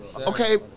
Okay